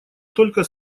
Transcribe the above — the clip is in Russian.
только